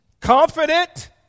Confident